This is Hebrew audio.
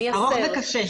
ארוך וקשה.